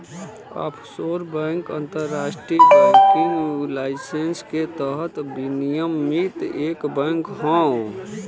offshore bank अंतरराष्ट्रीय banking licence के तहत विनियमित एक बैंक हौ